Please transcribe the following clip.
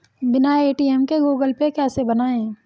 बिना ए.टी.एम के Google Pay कैसे बनायें?